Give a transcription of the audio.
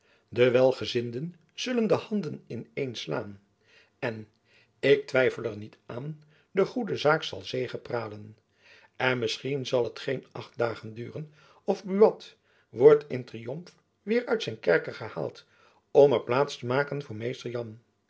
de welgezinden zullen de handen in een slaan en ik twijfel er niet aan de goede zaak zal zegepralen en misschien zal het geen acht dagen duren of buat wordt in triomf weêr uit zijn kerker gehaald om er plaats te maken voor mr jan